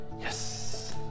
Yes